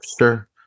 Sure